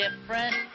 different